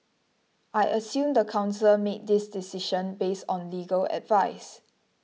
I assume the council made this decision based on legal advice